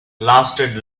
lasted